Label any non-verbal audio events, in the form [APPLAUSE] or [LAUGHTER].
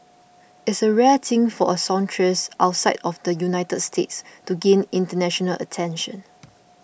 it's a rare thing for a songstress outside of the United States to gain international attention [NOISE]